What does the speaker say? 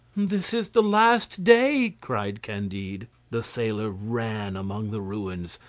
this is the last day! cried candide. the sailor ran among the ruins,